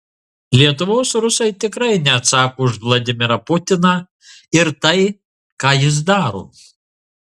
lietuvos rusai tikrai neatsako už vladimirą putiną ir tai ką jis daro